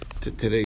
today